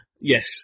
Yes